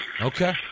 Okay